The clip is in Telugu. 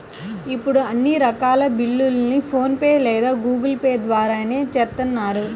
ఇప్పుడు అన్ని రకాల బిల్లుల్ని ఫోన్ పే లేదా గూగుల్ పే ల ద్వారానే చేత్తన్నారు